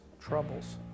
troubles